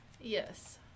Yes